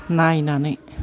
नायनानै